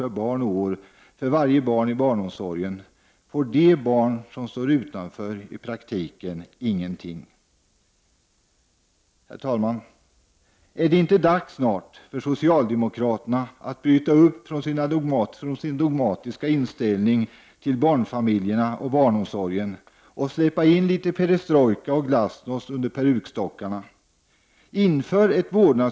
per barn och år för varje barn i barnomsorgen, får de barn som står utanför i praktiken ingenting. Herr talman! Är det inte snart dags för socialdemokraterna att bryta upp från sin dogmatiska inställning till barnfamiljerna och barnomsorgen och släppa in litet perestrojka och glasnost under perukstockarna.